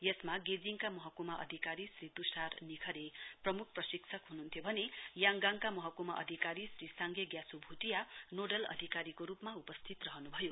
यसमा गेजिङका महकुमा अधिकारी श्री तुषार निरवेर प्रमुख प्रशिक्षक हुनुहुन्थ्यो भने चाङगाङका महकुमा अधिकारी श्री साङ्गे ग्योछो भुटिया नेडल अधिकारीको रुपमा उपस्थित रहनुभयो